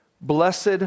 blessed